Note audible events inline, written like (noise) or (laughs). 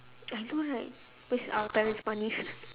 I know right waste our parents' money (laughs)